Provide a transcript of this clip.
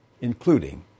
including